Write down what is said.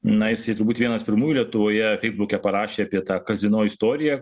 na jisai turbūt vienas pirmųjų lietuvoje feisbuke parašė apie tą kazino istoriją